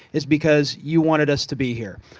is because you wanted us to be here.